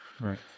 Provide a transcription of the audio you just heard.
right